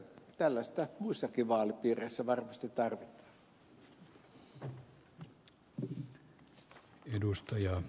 tällaista muissakin vaalipiireissä varmasti tarvitaan